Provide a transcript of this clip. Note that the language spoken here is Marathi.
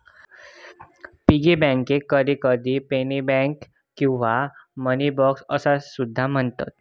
पिगी बँकेक कधीकधी पेनी बँक किंवा मनी बॉक्स असो सुद्धा म्हणतत